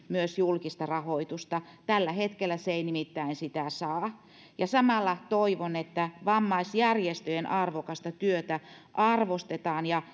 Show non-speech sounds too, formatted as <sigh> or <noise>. <unintelligible> myös julkista rahoitusta tällä hetkellä se ei nimittäin sitä saa ja samalla toivon että vammaisjärjestöjen arvokasta työtä arvostetaan ja <unintelligible>